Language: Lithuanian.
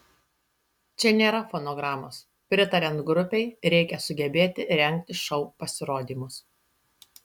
čia nėra fonogramos pritariant grupei reikia sugebėti rengti šou pasirodymus